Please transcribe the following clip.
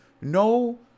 no